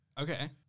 Okay